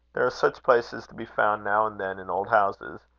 there are such places to be found now and then in old houses.